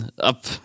up